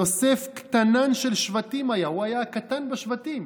יוסף קטנן של שבטים היה" הוא היה קטן בשבטים,